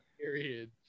Period